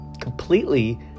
completely